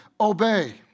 obey